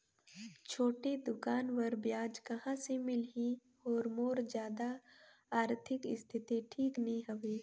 छोटे दुकान बर ब्याज कहा से मिल ही और मोर जादा आरथिक स्थिति ठीक नी हवे?